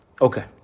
Okay